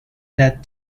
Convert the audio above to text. that